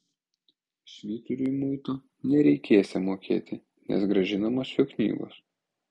švyturiui muito nereikėsią mokėti nes grąžinamos jo knygos